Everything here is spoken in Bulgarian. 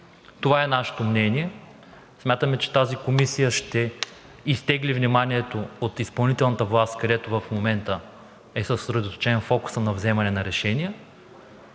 Това е нашето мнение. Смятаме, че тази комисия ще изтегли вниманието от изпълнителната власт, където в момента е съсредоточен фокусът на вземане на решения,